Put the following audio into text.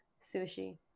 Sushi